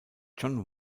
john